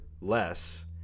less